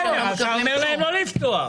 אבל אתה אומר להם לא לפתוח.